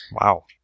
wow